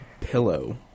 pillow